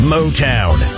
Motown